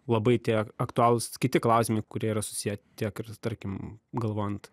labai tie aktualūs kiti klausimai kurie yra susiję tiek ir tarkim galvojant